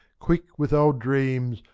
quick with old dreams,